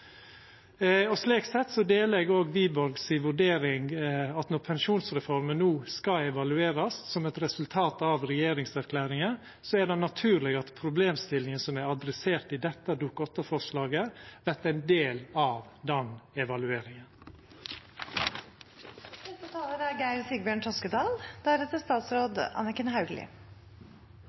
for. Slik sett deler eg òg representanten Wiborgs vurdering av at når pensjonsreforma no skal evaluerast som eit resultat av regjeringserklæringa, er det naturleg at ei problemstilling som er løfta fram i dette Dokument 8-forslaget, vert ein del av den evalueringa. Pensjon er